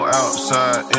outside